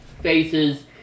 faces